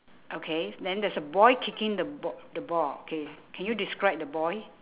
okay then there's a boy kicking the ba~ the ball K can you describe the boy